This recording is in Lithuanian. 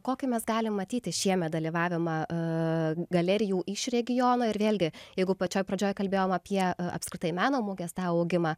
kokį mes galime matyti šiemet dalyvavimą galerijų iš regiono ir vėlgi jeigu pačioje pradžioje kalbėjome apie apskritai meno mugės tą augimą